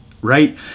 right